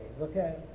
okay